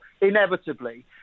inevitably